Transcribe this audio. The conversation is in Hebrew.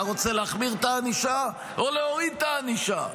אתה רוצה להחמיר את הענישה או להוריד את הענישה?